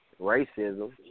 racism